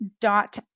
dot